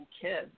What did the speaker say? kids